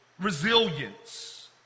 resilience